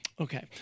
Okay